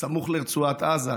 סמוך לרצועת עזה,